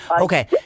Okay